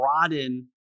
broaden